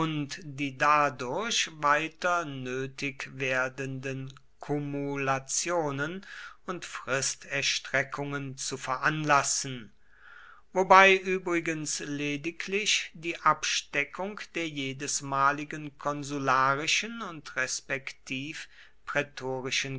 die dadurch weiter nötig werdenden kumulationen und fristerstreckungen zu veranlassen wobei übrigens lediglich die absteckung der jedesmaligen konsularischen und